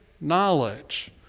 knowledge